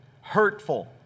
hurtful